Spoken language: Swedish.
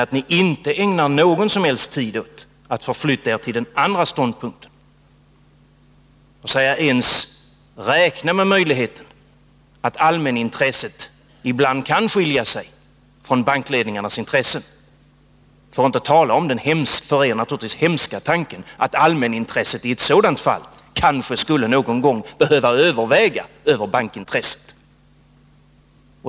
Däremot ägnar de inte någon som helst tid åt att förflytta sig till den andra ståndpunkten eller ens räkna med möjligheten att allmänintresset ibland kan skilja sig från bankledningarnas intressen, för att inte tala om den för er naturligtvis hemska tanken att allmänintresset i sådant fall någon gång kanske skulle behöva överväga över bankintresset.